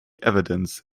evidence